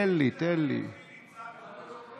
תן לי, תן לי.